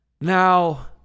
Now